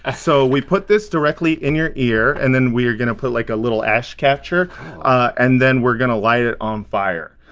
ah so we put this directly in your ear and then we are gonna put like a little ash catcher and then we're gonna light it on fire.